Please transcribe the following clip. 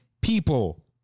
people